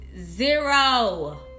zero